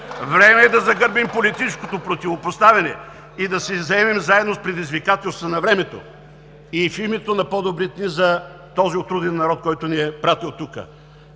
Време е да загърбим политическото противопоставяне (ръкопляскания от ГЕРБ) и да се заемем заедно с предизвикателствата на времето и в името на по-доброто за този отруден народ, който ни е пратил тук.